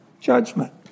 Judgment